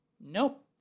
nope